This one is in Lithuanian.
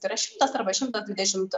tai šimtas arba šimtas dvidešimt